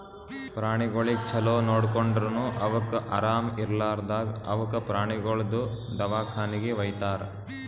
ಪ್ರಾಣಿಗೊಳಿಗ್ ಛಲೋ ನೋಡ್ಕೊಂಡುರನು ಅವುಕ್ ಆರಾಮ ಇರ್ಲಾರ್ದಾಗ್ ಅವುಕ ಪ್ರಾಣಿಗೊಳ್ದು ದವಾಖಾನಿಗಿ ವೈತಾರ್